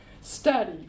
study